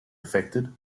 affected